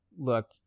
look